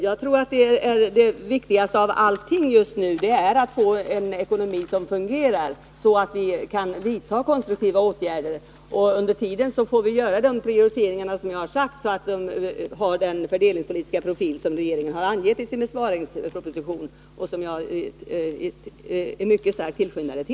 Jag tror att det viktigaste just nu är att få en ekonomi som fungerar så att vi kan vidta konstruktiva åtgärder. Under tiden får vi göra prioriteringar i enlighet med den fördelningspolitiska profil regeringen har angett i sin besparingsproposition och som jag är en mycket stark tillskyndare av.